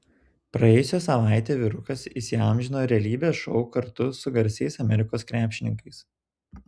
praėjusią savaitę vyrukas įsiamžino realybės šou kartu su garsiais amerikos krepšininkais